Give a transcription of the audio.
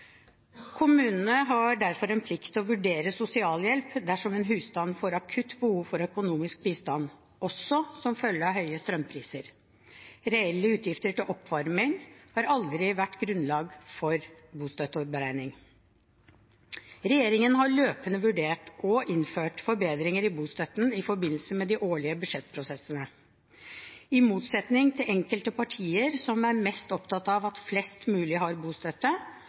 Kommunene har derfor en plikt til å vurdere sosialhjelp dersom en husstand får akutt behov for økonomisk bistand, også som følge av høye strømpriser. Reelle utgifter til oppvarming har aldri vært grunnlag for bostøtteberegning. Regjeringen har løpende vurdert og innført forbedringer i bostøtten i forbindelse med de årlige budsjettprosessene. I motsetning til enkelte partier som er mest opptatt av at flest mulig har bostøtte,